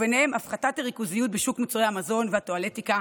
ביניהם הפחתת הריכוזיות בשוק מוצרי המזון והטואלטיקה,